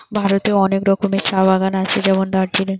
ভারতে অনেক রকমের চা বাগান আছে যেমন দার্জিলিং